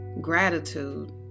gratitude